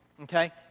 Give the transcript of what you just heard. Okay